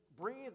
breathe